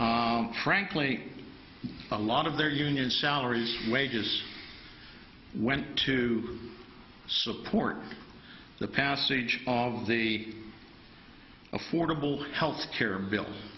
e frankly a lot of their union salaries wages went to support the passage of the affordable health care bill